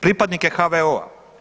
Pripadnike HVO-a.